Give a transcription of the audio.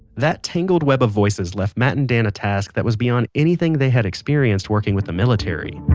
that tangled web of voices left matt and dan a task that was beyond anything they had experienced working with the military